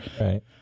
Right